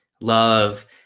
love